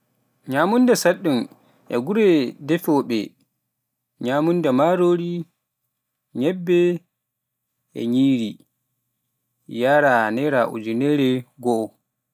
nyamunda saɗɗun e gure defoobe nyamunda marori, nyebbe, e nyiri e yaara naira ujinere goo.